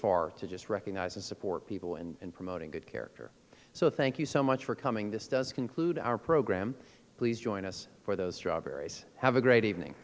far to just recognize a support people and promoting good character so thank you so much for coming this does conclude our program please join us for those strawberries have a great evening